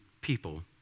people